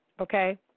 Okay